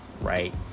right